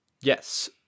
Yes